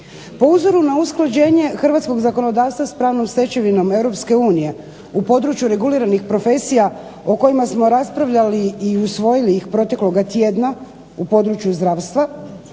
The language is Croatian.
Po uzoru na usklađenje hrvatskog zakonodavstva s pravnom stečevinom EU u području reguliranih profesija o kojima smo raspravljali i usvojili ih protekloga tjedna u području zdravstva